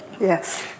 Yes